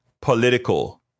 political